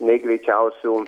nei greičiausių